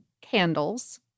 candles